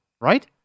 right